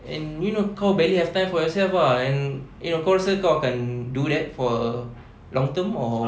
and you know kau barely have time for yourself ah you know kau rasa kau akan do that for a long term or